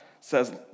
says